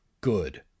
good